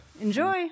Enjoy